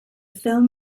film